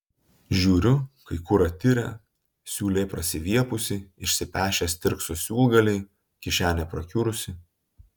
žiūriu kai kur atirę siūlė prasiviepusi išsipešę stirkso siūlgaliai kišenė prakiurusi